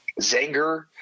Zanger